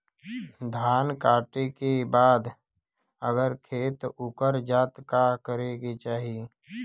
धान कांटेके बाद अगर खेत उकर जात का करे के चाही?